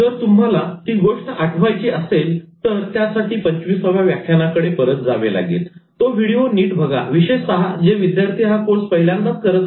जर तुम्हाला ती गोष्ट आठवायची असेल तर त्यासाठी पंचविसाव्या व्याख्यानकडे परत जावे लागेल तो व्हिडिओ नीट बघा विशेषतः जे विद्यार्थी हा कोर्स पहिल्यांदाच करत आहेत